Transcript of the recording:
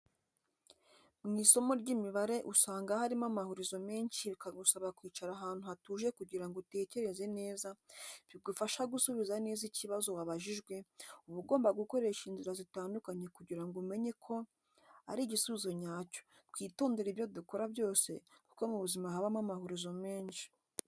Mu isomo ry'imibare usanga harimo amahurizo menshi bikagusaba kwicara ahantu hatuje kugira ngo utekereze neza, bigufasha gusubiza neza ikibazo wabajijwe, uba ugomba gukoresha inzira zitandukanye kugira ngo umenye ko ari igisubizo nyacyo, twitondere ibyo dukora byose kuko mu buzima habamo amahurizo menshi.